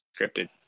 scripted